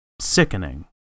sickening